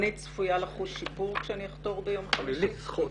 אני צפויה לחוש שיפור כשאני אחתור ביום חמישי?